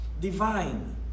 divine